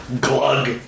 glug